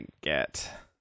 get